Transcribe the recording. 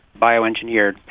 bioengineered